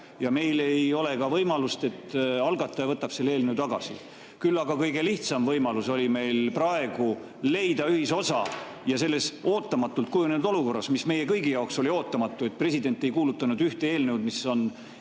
ja ei ole ka võimalust, et algataja võtaks selle eelnõu tagasi. Küll aga kõige lihtsam võimalus oli meil praegu see, et leida ühisosa, ja selles kujunenud olukorras, mis meie kõigi jaoks oli ootamatu, kus president ei kuulutanud välja ühte eelnõu, mis on